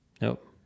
Nope